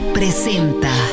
presenta